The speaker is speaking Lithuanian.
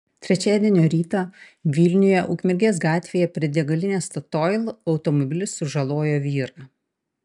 trečiadienio rytą vilniuje ukmergės gatvėje prie degalinės statoil automobilis sužalojo vyrą